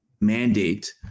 mandate